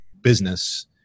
business